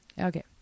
okay